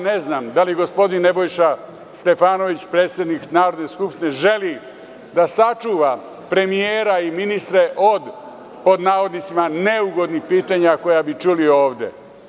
Ne znam da li gospodin Nebojša Stefanović, predsednik Narodne skupštine želi da sačuva premijera i ministre od pod navodnicima, neugodnih pitanja koje bi čuli ovde.